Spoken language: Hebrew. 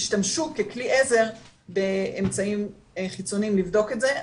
ישתמשו ככלי עזר באמצעים חיצוניים לבדוק את זה,